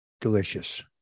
Delicious